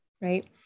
right